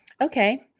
Okay